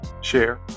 share